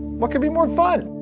what could be more fun?